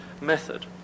method